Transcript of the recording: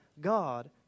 God